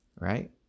right